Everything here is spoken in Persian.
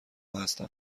هستم